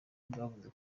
bwavuze